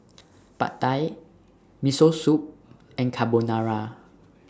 Pad Thai Miso Soup and Carbonara